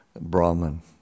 Brahman